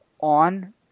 on